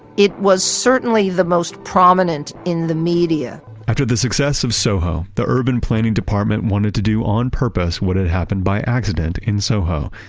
it was certainly the most prominent in the media after the success of soho, the urban planning department wanted to do on purpose what had happened by accident in soho.